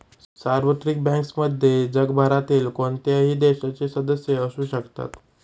सार्वत्रिक बँक्समध्ये जगभरातील कोणत्याही देशाचे सदस्य असू शकतात